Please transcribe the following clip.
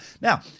Now